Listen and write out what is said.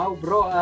bro